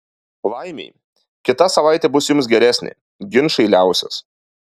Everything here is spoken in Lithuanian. laimei kita savaitė bus jums geresnė ginčai liausis